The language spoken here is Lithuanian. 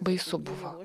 baisu buvo